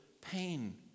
pain